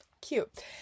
Cute